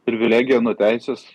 privilegija nu teisės